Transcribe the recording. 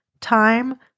time